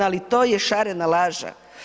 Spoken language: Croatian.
Ali to je šarena laža.